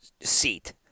seat